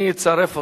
אני אצרף אתכם.